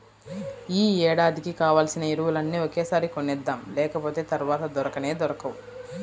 యీ ఏడాదికి కావాల్సిన ఎరువులన్నీ ఒకేసారి కొనేద్దాం, లేకపోతె తర్వాత దొరకనే దొరకవు